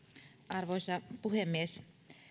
arvoisa puhemies